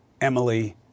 Emily